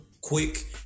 quick